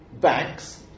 banks